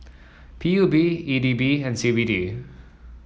P U B E D B and C B D